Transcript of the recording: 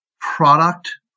product